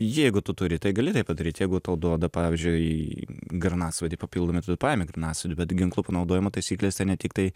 jeigu tu turi tai gali tai padaryt jeigu tau duoda pavyzdžiui granatsvaidį papildomai tu paimi granatsvaidį bet ginklo panaudojimo taisyklėse ne tiktai